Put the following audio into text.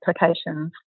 applications